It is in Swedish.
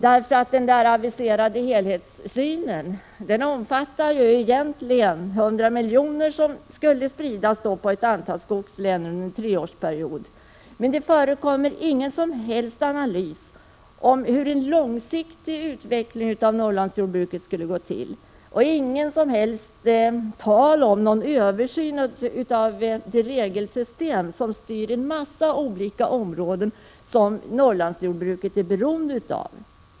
Den aviserade propositionen med helhetssynen omfattade egentligen 100 miljoner som skulle spridas på ett antal skogslän under en treårsperiod. Men det förekommer ingen som helst analys av hur en långsiktig utveckling av Norrlandsjordbruket skulle komma till stånd. Det är inte heller tal om någon översyn av det regelsystem som styr olika områden som Norrlandsjordbruket är beroende av.